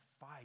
fight